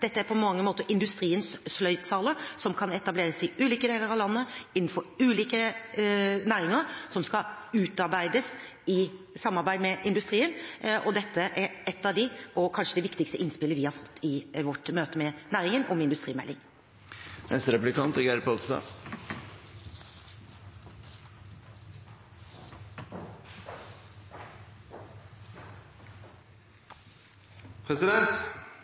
dette er på mange måter industriens sløydsaler, som kan etableres i ulike deler av landet, innenfor ulike næringer, som skal utarbeides i samarbeid med industrien, og dette er et av de innspillene – kanskje det viktigste – vi har fått i vårt møte med næringen om industrimeldingen. Geir Pollestad [10:45:04]: Det er